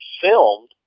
filmed